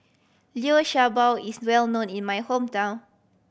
Liu Sha Bao is well known in my hometown